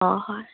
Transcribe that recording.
ꯑꯥ ꯍꯣꯏ